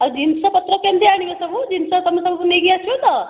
ଆଉ ଜିନିଷପତ୍ର କେମିତି ଆଣିବ ସବୁ ଜିନିଷ ତମେ ସବୁ ନେଇକି ଆସିବ ତ